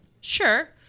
Sure